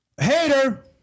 Hater